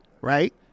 right